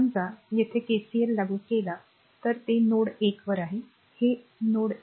समजा येथे केसीएल लागू केला तर ते नोड १ वर आहे हे r नोड १